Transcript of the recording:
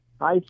Hi